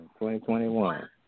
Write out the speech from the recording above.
2021